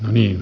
ääni